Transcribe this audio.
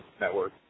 network